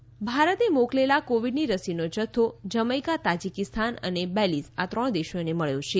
રસી મૈત્રી ભારતે મોકલેલા કોવીડની રસીનો જથ્થો જમૈકા તાજીકીસ્તાન અને બેલીઝ આ ત્રણ દેશોને મબ્યો છે